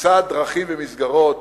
תמצא דרכים ומסגרות